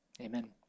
amen